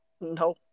No